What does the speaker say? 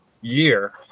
year